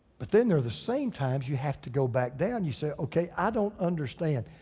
but then they're the same times you have to go back down, you say, okay, i don't understand.